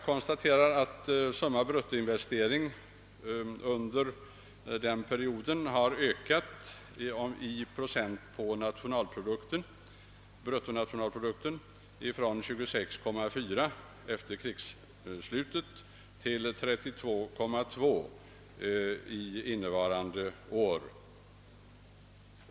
Bruttoinvesteringssumman har under denna period ökat från 26,4 procent av bruttonationalprodukten efter krigsslutet till 32,2 procent innevarande år.